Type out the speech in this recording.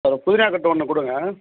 அப்புறம் புதினா கட்டு ஒன்று கொடுங்க